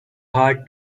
hard